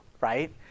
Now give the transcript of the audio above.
right